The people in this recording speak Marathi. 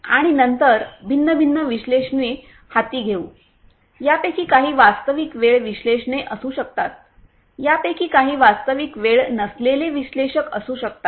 आणि नंतर भिन्न भिन्न विश्लेषणे हाती घेऊ त्यापैकी काही वास्तविक वेळ विश्लेषणे असू शकतात यापैकी काही वास्तविक वेळ नसलेले विश्लेषक असू शकतात